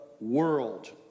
World